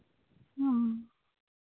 ᱚ